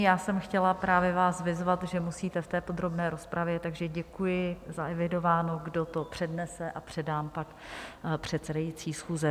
Já jsem chtěla právě vás vyzvat, že musíte v té podrobné rozpravě, takže děkuji, zaevidováno, kdo to přednese, a předám pak předsedající schůze.